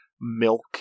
milk